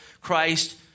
Christ